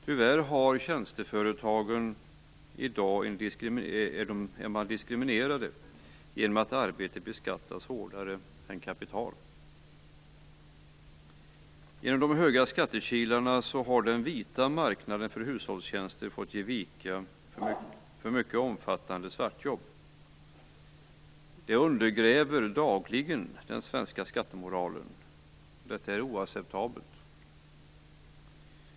Tyvärr är tjänsteföretagen i dag diskriminerade genom att arbete beskattas hårdare än kapital. Genom de höga skattekilarna har den vita marknaden för hushållstjänster fått ge vika för mycket omfattande svartjobb. Det undergräver dagligen den svenska skattemoralen, och detta är oacceptabelt.